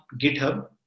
GitHub